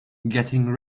getting